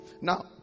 Now